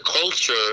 culture